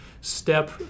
step